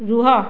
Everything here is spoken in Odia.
ରୁହ